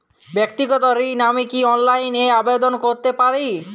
ব্যাক্তিগত ঋণ আমি কি অনলাইন এ আবেদন করতে পারি?